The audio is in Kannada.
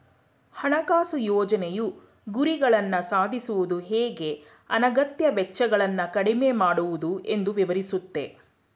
ಹಣಕಾಸು ಯೋಜ್ನೆಯು ಗುರಿಗಳನ್ನ ಸಾಧಿಸುವುದು ಹೇಗೆ ಅನಗತ್ಯ ವೆಚ್ಚಗಳನ್ನ ಕಡಿಮೆ ಮಾಡುವುದು ಎಂದು ವಿವರಿಸುತ್ತೆ